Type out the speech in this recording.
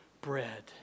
bread